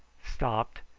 stopped,